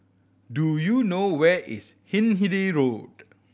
do you know where is Hindhede Road